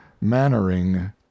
mannering